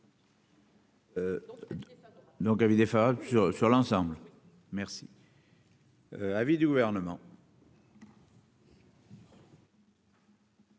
Donc, avis défavorable sur sur l'ensemble, merci. Avis du gouvernement.